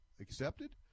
accepted